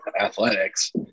athletics